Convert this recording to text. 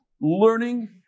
learning